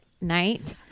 night